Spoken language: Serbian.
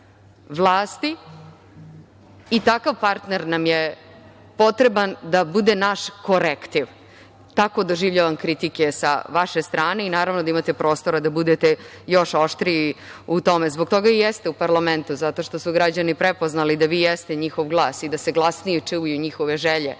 i takav partner nam je potreban da bude naš korektiv. Tako doživljavam kritike sa vaše strane i naravno da imate prostora da budete još oštriji u tome. Zbog toga i jeste u parlamentu zato što su građani prepoznali da vi jeste njihov glas i da se glasnije čuju njihove želje